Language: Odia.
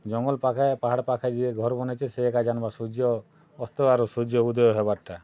ଜଙ୍ଗଲ୍ ପାଖେ ପାହାଡ଼୍ ପାଖେ ଯିଏ ଘର୍ ବନେଇଛେ ସେ ଏକା ଜାନ୍ବା ସୂର୍ଯ୍ୟଅସ୍ତ ଆରୁ ସୂର୍ଯ୍ୟଉଦୟ ହେବାର୍ଟା